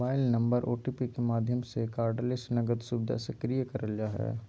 mobile number OTP के माध्यम से कार्डलेस नकद सुविधा सक्रिय करल जा हय